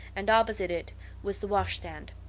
and opposite it was the wash-stand.